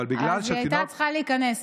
אז היא הייתה צריכה להיכנס.